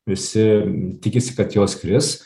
visi tikisi kad jos kris